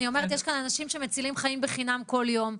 אני אומרת שיש כאן אנשים שמצילים חיים בחינם כל יום,